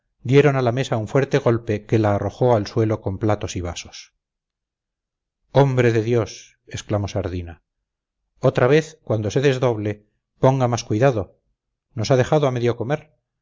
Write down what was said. dieron a la mesa un fuerte golpe que la arrojó al suelo con platos y vasos hombre de dios exclamó sardina otra vez cuando se desdoble ponga más cuidado nos ha dejado a medio comer